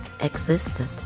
existed